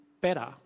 better